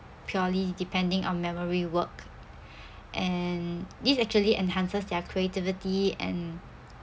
purely depending on memory work and this actually enhances their creativity and